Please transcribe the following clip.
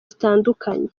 zitandukanye